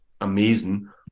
amazing